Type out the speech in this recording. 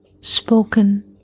spoken